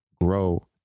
grow